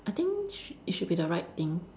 I think sh~ it should be the right thing